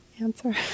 answer